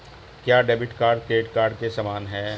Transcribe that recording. क्या debit card credit card के समान है?